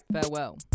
farewell